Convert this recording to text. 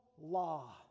law